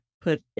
put